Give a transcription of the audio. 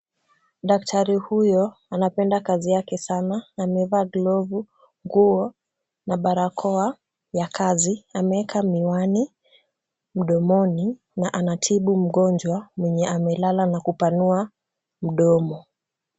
Daktari huyo anapenda kazi yake sana na amevaa glovu, nguo na barakoa ya kazi. Ameweka miwani mdomoni na anatibu mgonjwa mwenye amelala na kupanua mdomo,